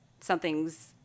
something's